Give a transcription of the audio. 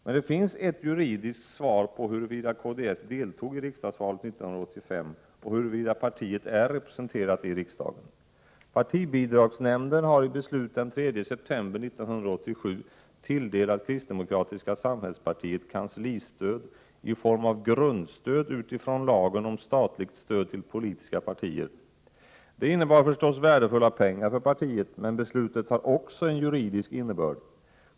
Men det finns ett juridiskt svar på frågan huruvida kds deltog i riksdagsvalet 1985 och huruvida partiet är representerat i riksdagen. Partibidragsnämnden har i beslut den 3 september 1987 tilldelat kristdemokratiska samhällspartiet kanslistöd i form av grundstöd utifrån lagen om statligt stöd till politiska partier. Det innebar förstås värdefulla pengar för partiet. Men beslutet har också en juridisk innebörd.